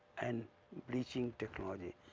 and bleaching technology,